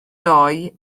doi